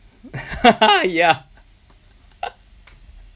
ya